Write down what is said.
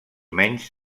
menys